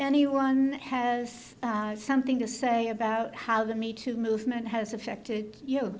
anyone has something to say about how the me too movement has affected you